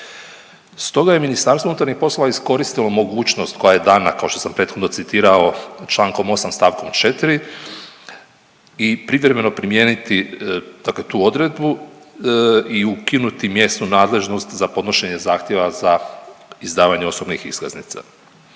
Stoga je MUP iskoristilo mogućnost koja je dana kao što sam prethodno citirao čl. 8. st. 4., i privremeno primijeniti tu odredbu i ukinuti mjesnu nadležnost za podnošenje zahtjeva za izdavanje osobnih iskaznica.